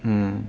mm